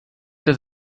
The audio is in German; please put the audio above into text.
das